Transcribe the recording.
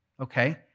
okay